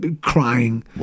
crying